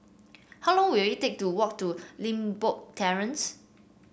how long will it take to walk to Limbok Terrace